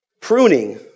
Pruning